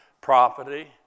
property